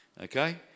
okay